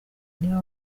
niba